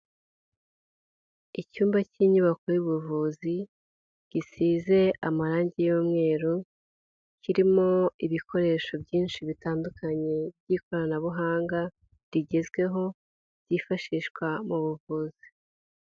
icyumba cy'inyubako y'ubuvuzi gisize amarangi y'umweru kirimo ibikoresho byinshi bitandukanye by'ikoranabuhanga rigezweho byifashishwa mu buvuzi